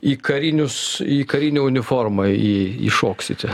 į karinius į karinę uniformą į įšoksite